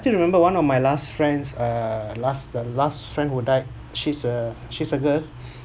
still remember one of my last friends uh last the last friend who died she's a she's a girl